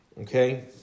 Okay